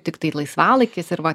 tiktai laisvalaikis ir va